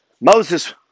Moses